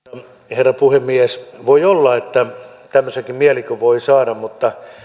herra puhemies voi olla että tämmöisenkin mielikuvan voi saada mutta